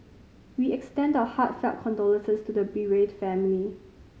we extend that our heartfelt condolences to the bereaved family